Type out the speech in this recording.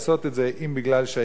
אם בגלל שהעיריות עושות בעיות,